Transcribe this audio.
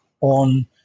on